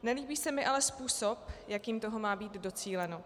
Nelíbí se mi ale způsob, jakým toho má být docíleno.